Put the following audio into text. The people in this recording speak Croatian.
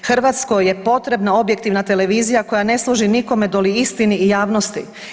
Hrvatskoj je potrebna objektivna televizija koja ne služi nikome doli istini i javnosti.